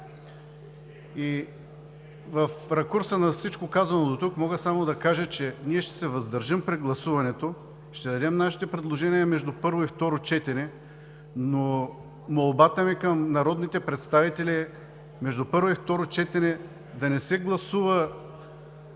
В ракурса на всичко казано до тук мога само да кажа, че ние ще се въздържим при гласуването. Ще дадем нашите предложения между първо и второ четене. Молбата ми обаче към народните представители е между първо и второ четене да не се гласува